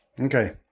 Okay